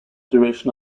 duration